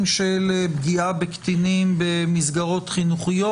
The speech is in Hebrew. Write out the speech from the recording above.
של פגיעה בקטינים במסגרות חינוכיות.